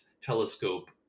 telescope